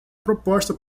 proposta